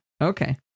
Okay